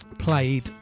played